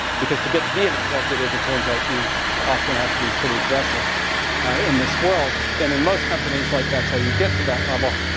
because to get to be an executive, it turns out, you often have to be pretty aggressive in this world. and in most companies, like, that's how you get to that level.